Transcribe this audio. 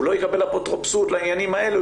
הוא לא יקבל אפוטרופסות לעניינים האלה,